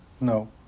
no